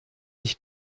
ich